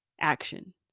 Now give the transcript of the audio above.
action